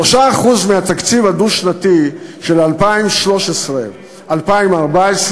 3% מהתקציב הדו-שנתי של 2013 2014,